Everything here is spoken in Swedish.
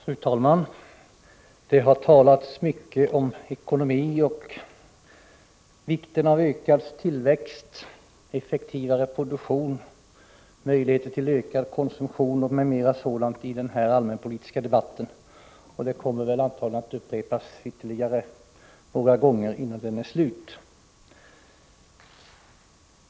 Fru talman! Det har talats mycket om ekonomi och vikten av ökad tillväxt, effektivare produktion, möjligheter till ökad konsumtion m.m. sådant i denna allmänpolitiska debatt, och det kommer antagligen att upprepas ytterligare några gånger innan debatten är slut.